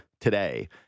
today